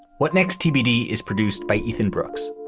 what next? tbd is produced by ethan brooks,